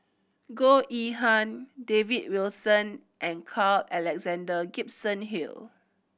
Goh Yihan David Wilson and Carl Alexander Gibson Hill